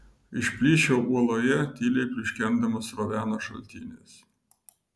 iš plyšio uoloje tyliai pliuškendamas sroveno šaltinis